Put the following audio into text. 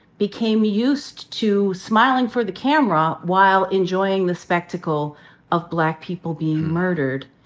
became used to smiling for the camera while enjoying the spectacle of black people being murdered,